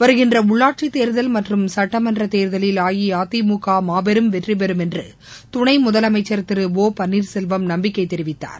வருகின்ற உள்ளாட்சித்தேர்தல் மற்றும் சட்டமன்றத் தேர்தலில் அஇஅதிமுக மாபெரும் வெற்றிபெறும் என்று துணை முதலமைச்சர் திரு ஒபன்வீர்செல்வம் நம்பிக்கை தெரிவித்துள்ளார்